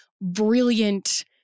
brilliant